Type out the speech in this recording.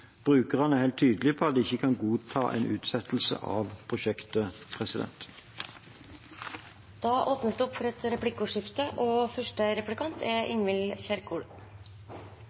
Brukerne er helt tydelig på at de ikke kan godta en utsettelse av prosjektet. Det blir replikkordskifte. Aker sykehus haster. Det virker det som om hele Stortinget er